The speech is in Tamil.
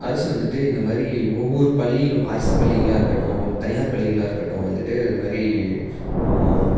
அரசு வந்துட்டு இந்தமாதிரி ஒவ்வொரு பள்ளியிலும் அரசு பள்ளிகளாக இருக்கட்டும் தனியார் பள்ளிகளாக இருக்கட்டும் வந்துட்டு இந்தமாதிரி